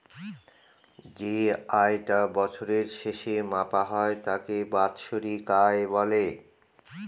যে আয় টা বছরের শেষে মাপা হয় তাকে বাৎসরিক আয় বলে